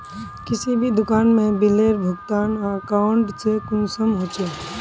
किसी भी दुकान में बिलेर भुगतान अकाउंट से कुंसम होचे?